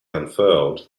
unfurled